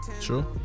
true